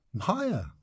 higher